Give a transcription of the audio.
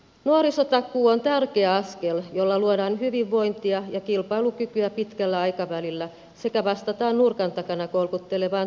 nuorisotakuu on tärkeä askel jolla luodaan hyvinvointia ja kilpailukykyä pitkällä aikavälillä sekä vastataan nurkan takana kolkuttelevaan työvoimapulaan